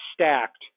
stacked